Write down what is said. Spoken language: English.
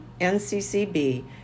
NCCB